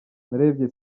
narebye